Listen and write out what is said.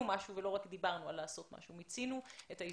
משהו ולא רק דיברנו על לעשות משהו וכי מיצינו את ההזדמנות.